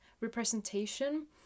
representation